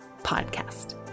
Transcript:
podcast